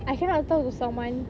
I cannot talk to someone